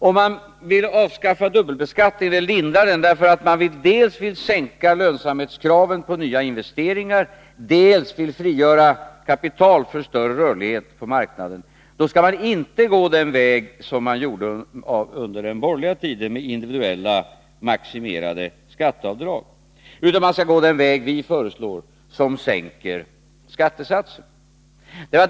Om man vill avskaffa eller lindra dubbelbeskattningen därför att man dels vill sänka lönsamhetskraven på nyinvesteringar, dels vill frigöra kapital för att få en större rörlighet på marknaden, skall man inte gå den väg som man gjorde under den borgerliga tiden med individuella, maximerade skatteavdrag. Då skall man gå den väg som vi föreslår, med sänkt skattesats.